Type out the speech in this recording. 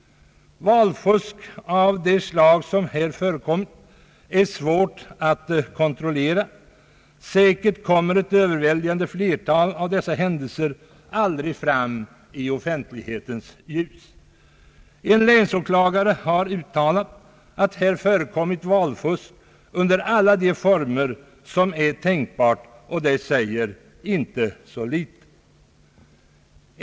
Valfusk av det slag som här förekom är svårt att kontrollera. Säkert kommer ett överväldigande flertal av dessa händelser aldrig fram i offentlighetens ljus. En länsåklagare har uttalat, att valfusk förekommit i alla tänkbara former, och det säger inte så litet.